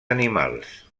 animals